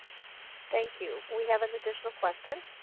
thank you. we have an additional question.